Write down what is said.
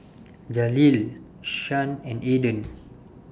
Jaleel Shan and Aydan